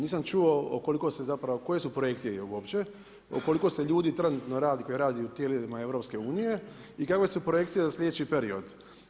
Nisam čuo o koliko se zapravo, koje su projekcije uopće, o koliko se ljudi trenutno radi koji rade u tijelima EU i kakve su projekcije za sljedeći period?